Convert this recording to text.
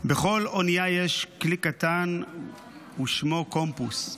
--- בכל אונייה יש כלי קטן ושמו קומפאס,